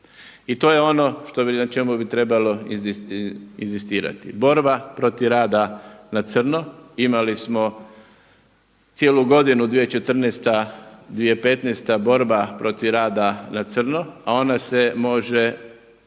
I to je ono na čemu bi trebalo inzistirati, borba protiv rada na crno. Imali smo cijelu godinu 2014., 2015. borba protiv rada na crno, a ona se može